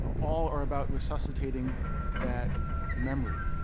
all are about resuscitating that memory.